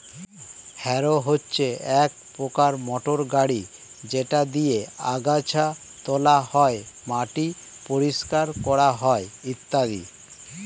harrow হচ্ছে এক প্রকার মোটর গাড়ি যেটা দিয়ে আগাছা তোলা হয়, মাটি পরিষ্কার করা হয় ইত্যাদি